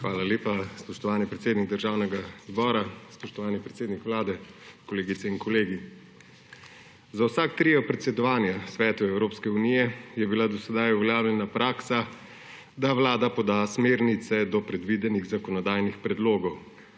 Hvala lepa. Spoštovani predsednik Državnega zbora, spoštovani predsednik Vlade, kolegice in kolegi! Za vsak trio predsedovanja Svetu Evropske unije je bila do sedaj uveljavljena praksa, da Vlada poda smernice do predvidenih zakonodajnih predlogov.